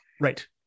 right